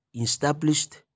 established